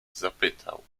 zapytał